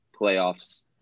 playoffs